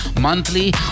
monthly